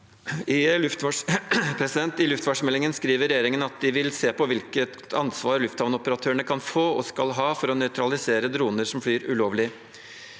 I luftfartsmeldingen skriver regjeringen at de vil se på «hvilket ansvar lufthavnoperatørene kan få og skal ha, for å nøytralisere droner som flyr ulovlig».